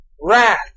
wrath